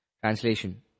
Translation